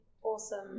Awesome